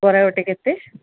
ବରା ଗୋଟେ କେତେ